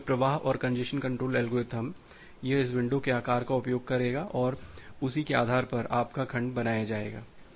तो यह प्रवाह और कंजेस्शन कंट्रोल एल्गोरिथ्म यह इस विंडो के आकार का उपयोग करेगा और उसी के आधार पर आपका खंड बनाया जाएगा